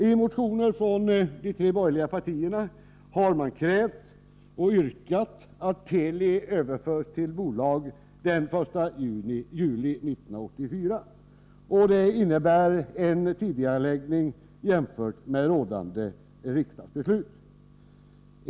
I motioner från de tre borgerliga partierna har man krävt och yrkat att Teli överförs till bolagsform den 1 juli 1984. Det innebär en tidigareläggning jämfört med gällande riksdagsbeslut.